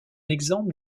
exemple